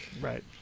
Right